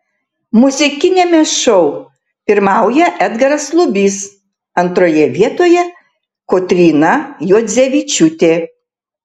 muzikiniame šou pirmauja edgaras lubys antroje vietoje kotryna juodzevičiūtė